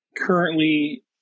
currently